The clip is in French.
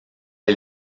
est